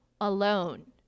alone